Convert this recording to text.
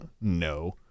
no